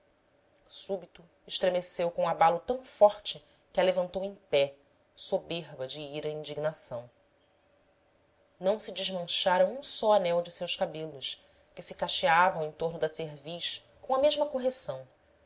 súbito estremeceu com abalo tão forte que a levantou em pé soberba de ira e indignação não se desmanchara um só anel de seus cabelos que se cacheavam em torno da cerviz com a mesma correção